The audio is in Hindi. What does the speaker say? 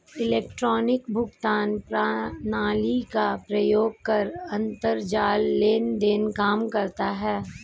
इलेक्ट्रॉनिक भुगतान प्रणाली का प्रयोग कर अंतरजाल लेन देन काम करता है